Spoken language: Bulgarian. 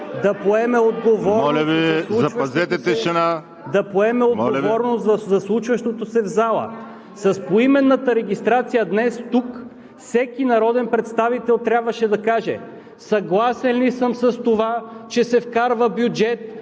КРУМ ЗАРКОВ: …за случващото се в залата. С поименната регистрация днес тук всеки народен представител трябваше да каже съгласен ли съм с това, че се вкарва бюджет